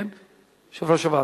יושב-ראש הוועדה,